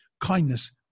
Kindness